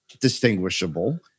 distinguishable